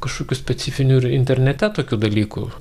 kažkokių specifinių ir internete tokių dalykų